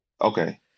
Okay